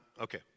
okay